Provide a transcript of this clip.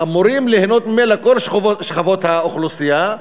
שאמורות ליהנות ממנה כל שכבות האוכלוסייה,